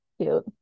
cute